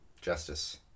Justice